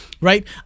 right